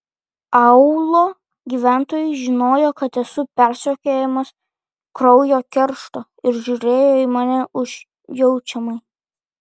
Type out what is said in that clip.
aūlo gyventojai žinojo kad esu persekiojamas kraujo keršto ir žiūrėjo į mane užjaučiamai